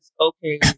okay